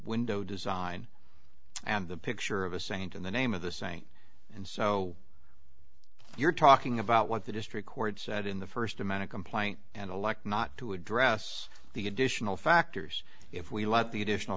window design and the picture of a saint in the name of the same and so you're talking about what the district court said in the first amount of complaint and elect not to address the additional factors if we let the additional